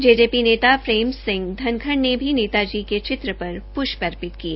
JJP नेता प्रेम सिंह धनखड़ ने भी नेता जी के चित्र पर पुष्ट अर्पित किए